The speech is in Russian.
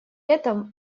этом